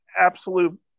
absolute